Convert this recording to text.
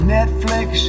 Netflix